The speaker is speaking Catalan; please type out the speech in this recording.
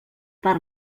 per